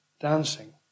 dancing